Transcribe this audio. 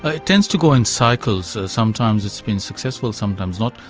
ah it tends to go in cycles. sometimes it has been successful, sometimes not.